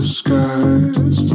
skies